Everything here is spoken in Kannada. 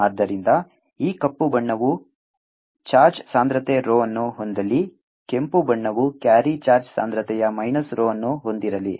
ಆದ್ದರಿಂದ ಈ ಕಪ್ಪು ಬಣ್ಣವು ಚಾರ್ಜ್ ಸಾಂದ್ರತೆ rho ಅನ್ನು ಹೊಂದಲಿ ಕೆಂಪು ಬಣ್ಣವು ಕ್ಯಾರಿ ಚಾರ್ಜ್ ಸಾಂದ್ರತೆಯ ಮೈನಸ್ rho ಅನ್ನು ಹೊಂದಿರಲಿ